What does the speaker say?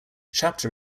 chapter